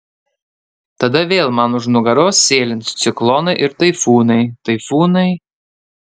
tada vėl man už nugaros sėlins ciklonai ir taifūnai taifūnai